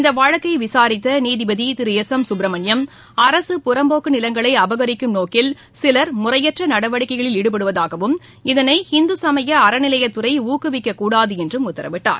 இந்த வழக்கை விசாரித்த நீதிபதி திரு எஸ் எம் குப்பிரமணியம் அரசு புறம்போக்கு நிலங்களை அபகரிக்கும் நோக்கில் சிலர் முறையற்ற நடவடிக்கைகளில் ஈடுபடுவதாகவும் இதனை இந்து சமய அறநிலையத்துறை ஊக்குவிக்கக்கூடாது என்றும் உத்தரவிட்டார்